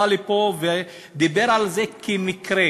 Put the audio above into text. עלה לפה ודיבר על זה כעל מקרה,